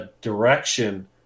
direction